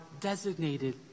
designated